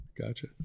gotcha